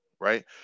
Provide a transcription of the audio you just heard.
right